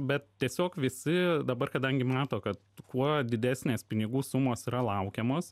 bet tiesiog visi dabar kadangi mato kad kuo didesnės pinigų sumos yra laukiamos